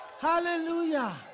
Hallelujah